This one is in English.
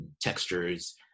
textures